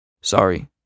Sorry